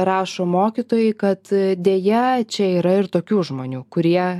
rašo mokytojai kad deja čia yra ir tokių žmonių kurie